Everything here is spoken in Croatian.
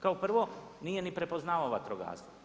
Kao prvo, nije niti prepoznao vatrogastvo.